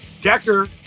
Decker